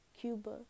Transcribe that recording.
Cuba